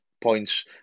points